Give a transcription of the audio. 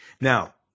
now